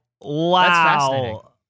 wow